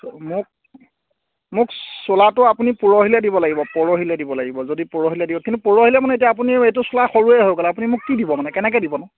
মোক মোক চোলাটো আপুনি পৰহিলৈ দিব লাগিব পৰহিলৈ দিব লাগিব যদি পৰহিলৈ দিওঁ কিন্তু পৰহিলৈ মানে এতিয়া আপুনি এইটো চোলা সৰুৱে হৈ গ'ল আপুনি মোক কি দিব মানে কেনেকৈ দিবনো